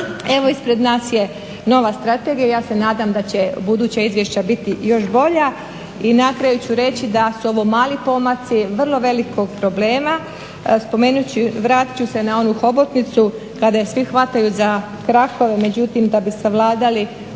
Evo ispred nas je nova strategija, ja se nadam da će buduća izvješća biti još bolja i na kraju ću reći da su ovo mali pomaci vrlo velikog problema. Vratit ću se na onu hobotnicu kada je svi hvataju za krakove međutim da bi savladali